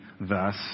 Thus